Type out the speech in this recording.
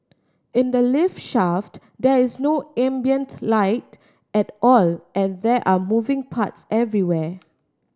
in the lift shaft there is no ambient light at all and there are moving parts everywhere